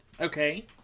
Okay